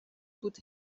بود